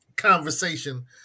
conversation